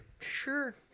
Sure